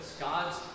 God's